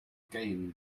gain